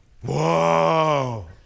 whoa